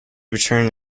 returned